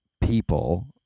people